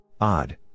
Odd